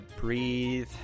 breathe